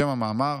שם המאמר: